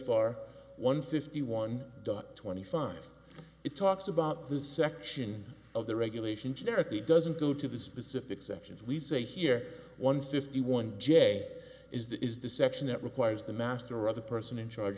f r one fifty one twenty five it talks about this section of the regulation generically doesn't go to the specific sections we say here one fifty one j is that is the section that requires the master or other person in charge